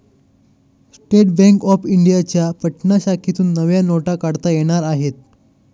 state Bank of इंडियाच्या पटना शाखेतून नव्या नोटा काढता येणार आहेत